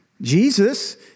Jesus